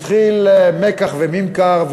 התחיל מיקח וממכר,